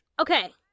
okay